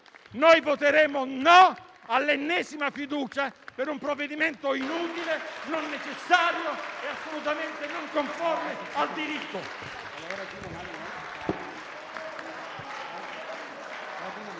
Voteremo no all'ennesima fiducia, su un provvedimento inutile, non necessario e assolutamente non conforme al diritto.